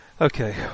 Okay